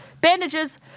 bandages